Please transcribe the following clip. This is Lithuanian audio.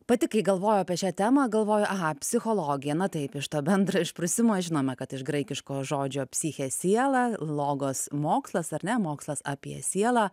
pati kai galvojau apie šią temą galvojau aha psichologija na taip iš to bendro išprusimo žinome kad iš graikiško žodžio psiche siela logos mokslas ar ne mokslas apie sielą